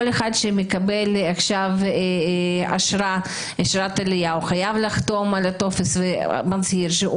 כל אחד שמקבל אשרת עלייה חייב לחתום על טופס והוא מצהיר שהוא